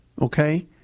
okay